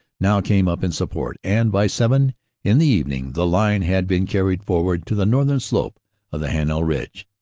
now came up in support and by seven in the evening the line had been carried forward to the northern slope of the heninel ridge.